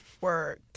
work